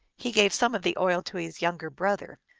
he gave some of the oil to his younger brother.